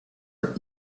are